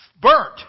burnt